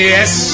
Yes